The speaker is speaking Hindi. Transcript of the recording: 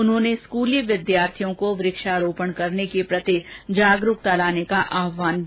उन्होंने स्कुली विद्यार्थियों को वृक्षारोपण करने के प्रति जागरूकता लाने का आह्वान भी किया